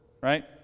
right